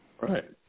Right